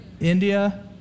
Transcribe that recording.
India